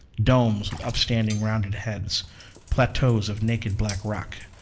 domes with upstanding, rounded heads plateaus of naked black rock,